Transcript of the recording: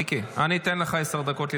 מיקי, אני אתן לך עשר דקות לדבר.